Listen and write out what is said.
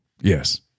Yes